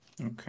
Okay